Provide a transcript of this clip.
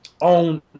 own